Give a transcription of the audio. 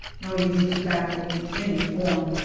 nor using tobacco in any form.